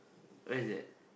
where is that